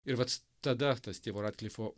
ir vat tada tas tėvų ratklifo